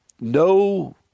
no